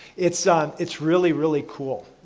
it's it's really really cool.